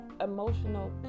emotional